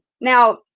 Now